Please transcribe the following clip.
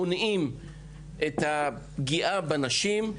מונעים את הפגיעה בנשים,